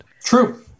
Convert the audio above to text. True